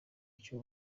icyo